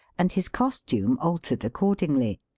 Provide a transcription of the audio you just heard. and his costume altered accord ingly.